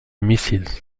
mrs